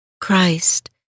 Christ